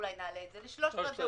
אולי נעלה את זה לשלושה רבעים?